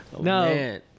No